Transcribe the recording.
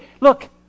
look